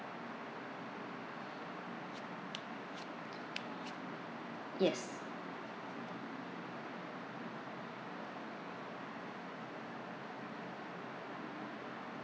yes